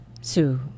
Sue